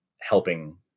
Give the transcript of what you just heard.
helping